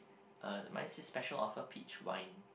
uh mine says special offer peach wine